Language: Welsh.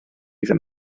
ddim